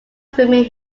swimming